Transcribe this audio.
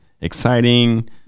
exciting